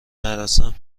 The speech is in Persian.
نرسم